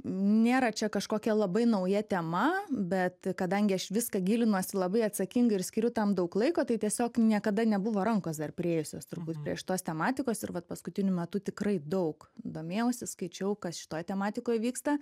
nėra čia kažkokia labai nauja tema bet kadangi aš į viską gilinuosi labai atsakingai ir skiriu tam daug laiko tai tiesiog niekada nebuvo rankos dar priėjusios turbūt prie šitos tematikos ir vat paskutiniu metu tikrai daug domėjausi skaičiau kas šitoj tematikoj vyksta